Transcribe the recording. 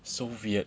so weird